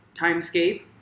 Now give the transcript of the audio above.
timescape